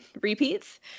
repeats